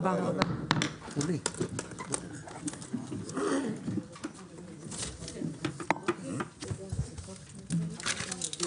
הישיבה ננעלה בשעה 12:13.